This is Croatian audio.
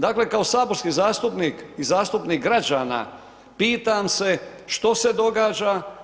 Dakle kao saborski zastupnik i zastupnik građana pitam se što se događa.